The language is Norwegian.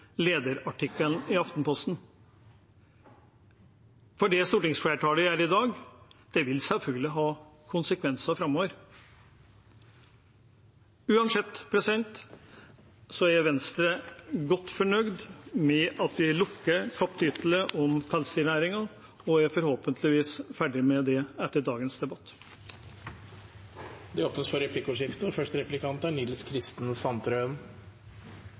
lederartikkelen i Aftenposten. For det stortingsflertallet gjør i dag, vil selvfølgelig ha konsekvenser framover. Uansett er Venstre godt fornøyd med at vi lukker kapittelet om pelsdyrnæringen og forhåpentligvis er ferdige med det etter dagens debatt. Det blir replikkordskifte.